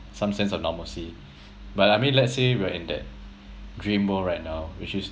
some sense of normalcy but I mean let's say we're in that dream world right now which is